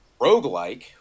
roguelike